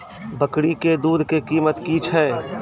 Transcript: बकरी के दूध के कीमत की छै?